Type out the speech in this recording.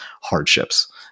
hardships